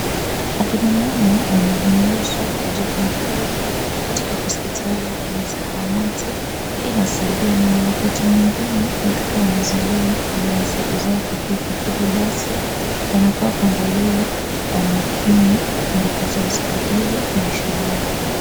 Akina mama wanahimizwa kujifungulia katika hospitali ama zahanati. Inasaidia maana wakati mwingine watoto wanazaliwa kabla ya siku zao kufika, hivyo basi wanafaa kuangaliwa kwa makini ndiposa wasipoteze maisha yao.